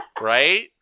Right